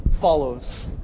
follows